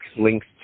links